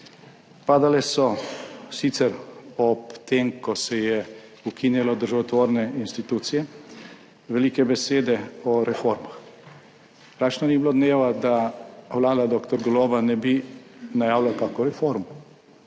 Padale so, sicer ob tem, ko se je ukinjalo državotvorne institucije, velike besede o reformah. Praktično ni bilo dneva, da vlada dr. Goloba ne bi najavila kakšne reforme.